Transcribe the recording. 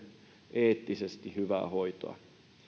eettisesti hyvää hoitoa